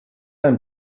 ein